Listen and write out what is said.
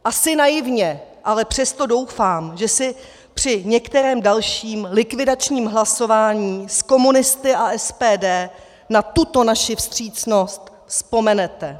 Asi naivně, ale přesto doufám, že si při některém dalším likvidačním hlasování s komunisty a SPD na tuto naši vstřícnost vzpomenete.